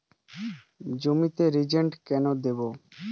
জমিতে রিজেন্ট কেন দেবো?